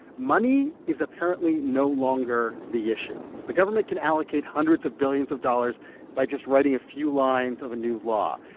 money is apparently no longer the issue. the government can allocate hundreds of billions of dollars by just writing a few lines of a new law.